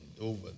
over